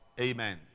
Amen